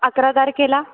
अकरा तारखेला